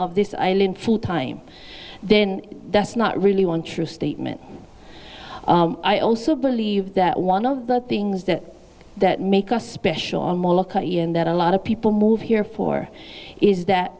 of this island full time then that's not really one true statement i also believe that one of the things that that make us special and that a lot of people move here for is that